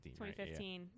2015